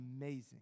amazing